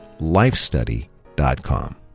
lifestudy.com